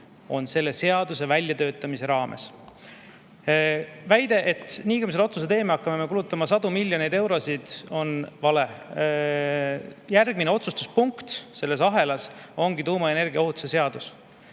on selle seaduse väljatöötamise raames. Väide, et nii kui me selle otsuse teeme, hakkame kulutama sadu miljoneid eurosid, on vale. Järgmine otsustuspunkt selles ahelas ongi tuumaenergia ohutuse seadus.